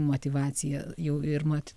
motyvacija jų ir mat